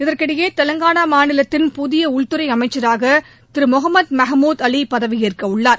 இதற்கிடையே தெலங்கானா மாநிலத்தின் புதிய உள்துறை அமைச்சராக திரு முகமது மஹ்முன் அலி பதவியேற்க உள்ளார்